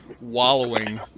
wallowing